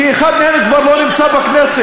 כי אחד מהם כבר לא נמצא בכנסת,